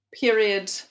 period